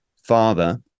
father